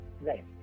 Right